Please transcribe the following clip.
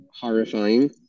horrifying